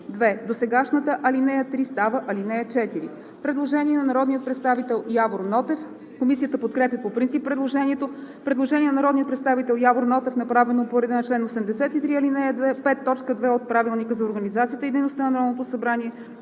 2. Досегашната ал. 3 става ал. 4.“ Предложение на народния представител Явор Нотев. Комисията подкрепя по принцип предложението. Предложение на народния представител Явор Нотев, направено по реда на чл. 83, ал. 5, т. 2 от Правилника за организацията и дейността на Народното събрание.